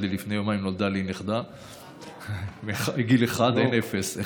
לפני יומיים נולדה לי נכדה, מגיל 1, אין אפס.